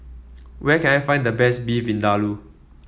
where can I find the best Beef Vindaloo